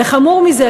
וחמור מזה,